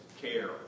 care